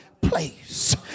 place